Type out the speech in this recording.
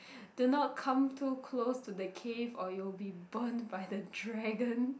do not come too close to the cave or you'll be burnt by the dragon